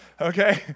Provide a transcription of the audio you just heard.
okay